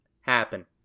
happen